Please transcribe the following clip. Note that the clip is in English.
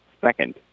second